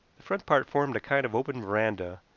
the front part formed a kind of open veranda,